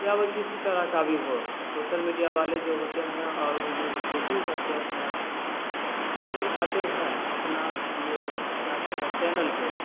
या वो किसी तरह का भी हो सोशल मीडिया वाले जो होते हैं और वो जो रिपोर्टिंग करते हैं जो दिखाते हैं अपना ये क्या कहता है चैनल पे है